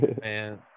man